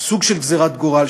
סוג של גזירת גורל,